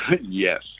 Yes